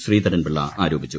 ശ്രീധരൻപിള്ള ആരോപിച്ചു